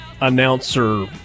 announcer